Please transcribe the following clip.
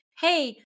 hey